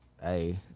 Hey